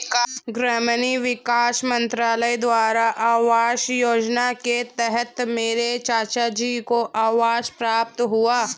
ग्रामीण विकास मंत्रालय द्वारा आवास योजना के तहत मेरे चाचाजी को आवास प्राप्त हुआ